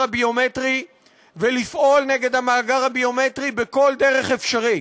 הביומטרי ולפעול נגד המאגר הביומטרי בכל דרך אפשרית,